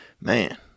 man